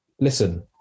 listen